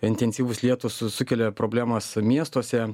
intensyvūs lietūs su sukelia problemas miestuose